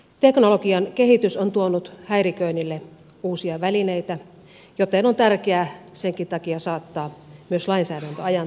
teknologian kehitys on tuonut häiriköinnille uusia välineitä joten on tärkeää senkin takia saattaa myös lainsäädäntö ajan tasalle